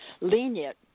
lenient